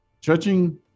Judging